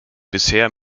bisher